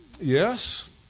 Yes